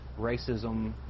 racism